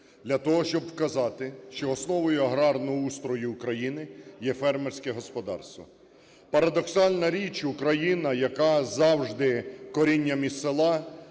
для того, щоб вказати, що основою аграрного устрою України є фермерське господарство. Парадоксальна річ, Україна, яка завжди корінням із села,